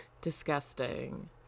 Disgusting